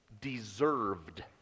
deserved